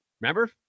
Remember